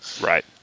Right